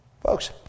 Folks